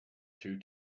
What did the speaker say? two